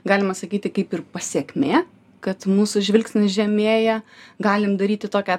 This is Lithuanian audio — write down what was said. galima sakyti kaip ir pasekmė kad mūsų žvilgsnis žemėja galim daryti tokią